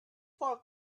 for